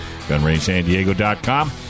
GunRangeSanDiego.com